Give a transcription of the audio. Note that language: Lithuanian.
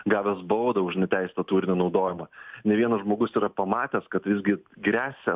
gavęs baudą už neteisėto turinio naudojimą ne vienas žmogus yra pamatęs kad visgi gresia